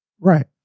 Right